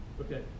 Okay